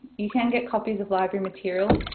you can get copies of library material.